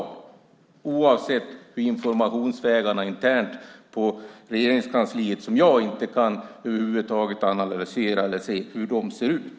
Det gäller oavsett hur informationsvägarna är internt på Regeringskansliet, som jag över huvud taget inte kan analysera hur de ser ut.